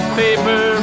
paper